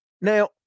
now